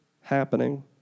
happening